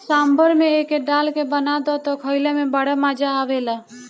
सांभर में एके डाल के बना दअ तअ खाइला में बड़ा मजा आवेला